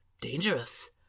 dangerous